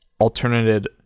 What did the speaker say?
alternative